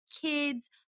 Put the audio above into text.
kids